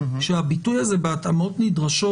הביטוי הזה "בהתאמות נדרשות",